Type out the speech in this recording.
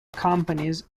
companies